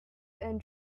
and